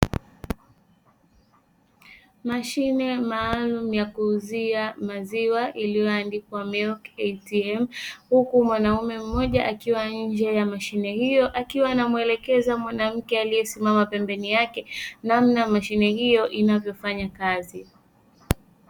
Mashine maalumu ya kuuzia maziwa iliyoandikwa "milk ATM ", huku mwanaume mmoja akiwa nje ya mashine hio akiwa anamwelekeza mwanamke aliyesimama pembeni yake namna mashine hio inavyofanya kazi.